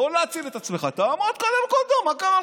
לא להציל את עצמך, תעמוד קודם כול דום, מה קרה לך?